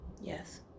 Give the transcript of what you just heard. Yes